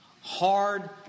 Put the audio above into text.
hard